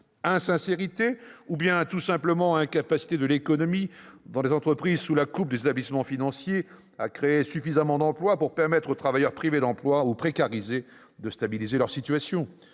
Insincérité ? Ou bien tout simplement incapacité de l'économie, dans des entreprises sous la coupe des établissements financiers, à créer suffisamment d'emplois pour permettre aux travailleurs privés d'emploi ou précarisés de stabiliser leur situation